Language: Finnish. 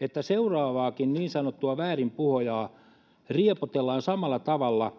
että seuraavaakin niin sanottua väärinpuhujaa riepotellaan samalla tavalla